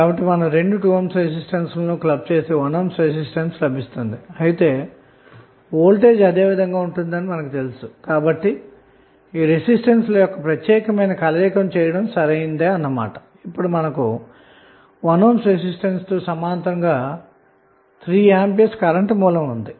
కాబట్టి సమాంతరంగా ఉన్న రెండు 2 ohm రెసిస్టెన్స్ లు క్లబ్ చేయగా మనకు 1 ohm రెసిస్టెన్స్ లభించింది మీరు గమనిస్తే దీనికి సమాంతరంగా ఒక 3A కరెంటు సోర్స్ ఉంది